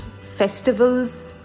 festivals